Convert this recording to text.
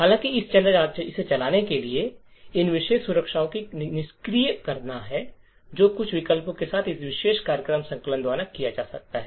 हालांकि इसे चलाने के लिए इन विशेष सुरक्षा को निष्क्रिय करना है जो कुछ विकल्प के साथ इस विशेष कार्यक्रम संकलन द्वारा किया जा सकता है